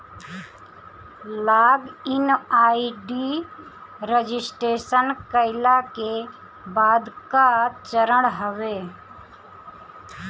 log in ID registration कईला के बाद कअ चरण हवे